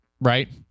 Right